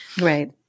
Right